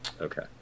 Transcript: Okay